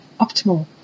optimal